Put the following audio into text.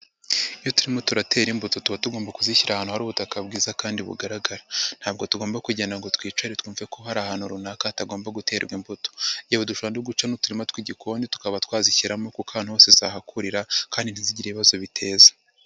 Iyo turimo turatera imbuto tuba tugomba kuzishyira ahantu hari ubutaka bwiza kandi bugaragara. Ntabwo tugomba kugenda ngo twicare twumve ko hari ahantu runaka hatagomba guterwa imbuto. Yewe dushobora no guca n'uturima tw'igikoni tukaba twazishyiramo kuko ahantu hose zahakurira kandi ntizigire ibibazo biteza.